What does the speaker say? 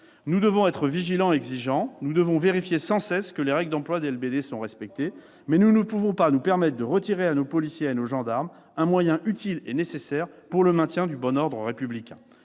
Nous devons être vigilants et exigeants. Nous devons sans cesse vérifier que les règles d'emploi des LBD sont respectées, mais nous ne pouvons pas nous permettre de retirer à nos policiers et à nos gendarmes un moyen utile et nécessaire pour le maintien du bon ordre républicain.